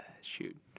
Shoot